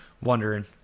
wondering